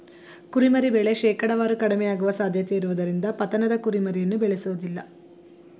ಕುರಿಮರಿ ಬೆಳೆ ಶೇಕಡಾವಾರು ಕಡಿಮೆಯಾಗುವ ಸಾಧ್ಯತೆಯಿರುವುದರಿಂದ ಪತನದ ಕುರಿಮರಿಯನ್ನು ಬೇಳೆಸೋದಿಲ್ಲ